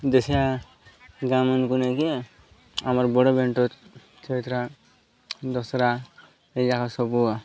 ଦେଶିଆ ଗାଁ ମାନକୁ ନେଇକି ଆମର୍ ବଡ଼ ଚିତ୍ର ଦଶହରା ଏଇଯାକ ସବୁ